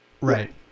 Right